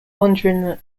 wondering